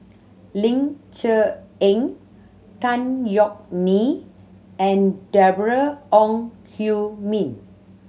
Ling Cher Eng Tan Yeok Nee and Deborah Ong Hui Min